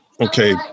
Okay